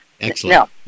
Excellent